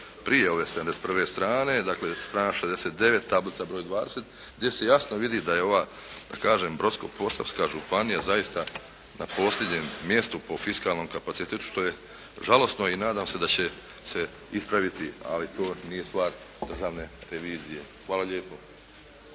prije ove 71 strane, dakle strana 69, tablica broj 20 gdje se jasno vidi da je ova Brodsko-posavska županija zaista na posljednjem mjestu po fiskalnom kapacitetu, što je žalosno. I nadam se da će se ispraviti, ali to nije stvar državne revizije. Hvala lijepo.